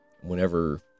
whenever